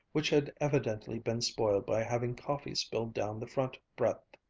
which had evidently been spoiled by having coffee spilled down the front breadth.